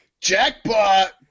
Jackpot